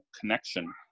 connection